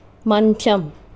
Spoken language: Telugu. మంచం